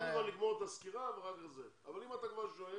קודם נסיים לשמוע את הסקירה אם אתה כבר שדואל,